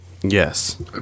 Yes